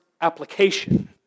application